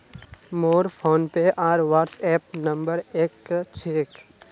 मोर फोनपे आर WhatsApp number एक क छेक